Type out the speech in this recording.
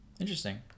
Interesting